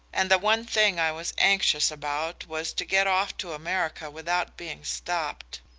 and the one thing i was anxious about was to get off to america without being stopped.